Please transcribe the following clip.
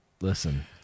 listen